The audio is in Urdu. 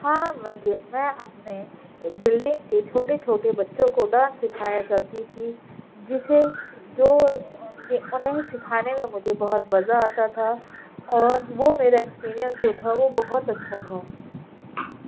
ہاں میں اپنے بلڈنگ کے چھوٹے چھوٹے بچوں کو ڈانس سکھایا کرتی تھی جسے جو انہیں سکھانے میں مجھے بہت مزہ آتا تھا اور وہ میرا ایکسپیرینس جو تھا وہ بہت اچھا تھا